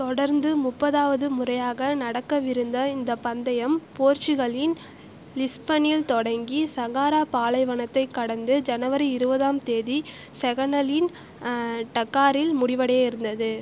தொடர்ந்து முப்பதாவது முறையாக நடக்கவிருந்த இந்தப் பந்தயம் போர்ச்சுகலின் லிஸ்பனில் தொடங்கி சஹாரா பாலைவனத்தைக் கடந்து ஜனவரி இருபதாம் தேதி செனகலின் டக்காரில் முடிவடைய இருந்தது